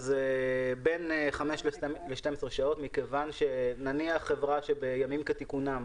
בין 5 ל-12 שעות, כי חברה שבימים שכתיקונם,